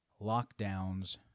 Lockdowns